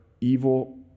evil